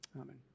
Amen